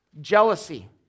Jealousy